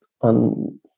on